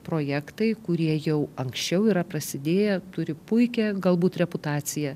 projektai kurie jau anksčiau yra prasidėję turi puikią galbūt reputaciją